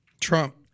Trump